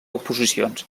oposicions